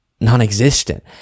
non-existent